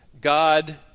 God